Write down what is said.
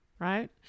right